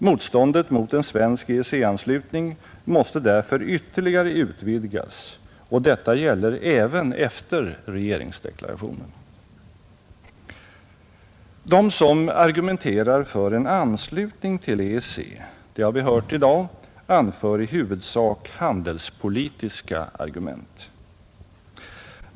Motståndet mot en svensk EEC-anslutning måste därför ytterligare utvidgas, och detta gäller även efter regeringsdeklarationen, De som argumenterar för en anslutning till EEC — det har vi hört i dag — anför i huvudsak handelspolitiska argument.